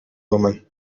woman